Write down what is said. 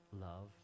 Love